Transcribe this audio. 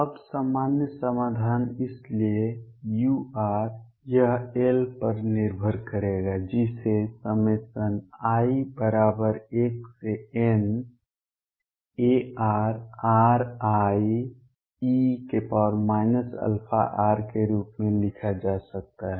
अब सामान्य समाधान इसलिए u यह l पर निर्भर करेगा जिसे i1narrie αr के रूप में लिखा जा सकता है